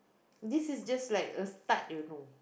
this is just like a start you know